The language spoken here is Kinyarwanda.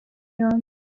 yombi